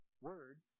word